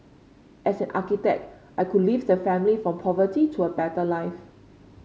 as an architect I could lift the family from poverty to a better life